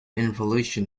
involution